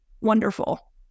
wonderful